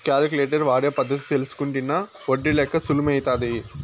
calculator వాడే పద్ధతి తెల్సుకుంటినా ఒడ్డి లెక్క సులుమైతాది